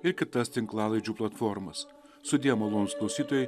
ir kitas tinklalaidžių platformas sudie malonūs klausytojai